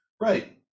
right